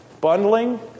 bundling